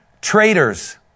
traitors